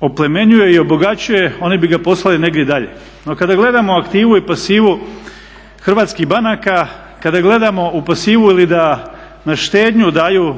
oplemenjuje i obogaćuje oni bi ga poslali negdje dalje. No kada gledamo aktivu i pasivu hrvatskih banaka, kada gledamo u pasivu ili da na štednju daju